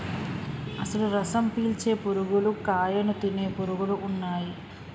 అసలు రసం పీల్చే పురుగులు కాయను తినే పురుగులు ఉన్నయ్యి